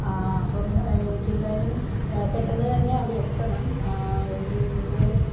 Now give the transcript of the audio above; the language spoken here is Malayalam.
അപ്പം എനിക്ക് എന്തായാലും പെട്ടെന്ന് തന്നെ അവിടെ എത്തണം ഇനി നിങ്ങൾ